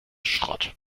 schrott